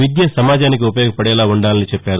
విద్య సమాజానికి ఉపయోగపడేలా ఉండాలని చెప్పారు